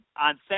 on